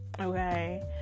okay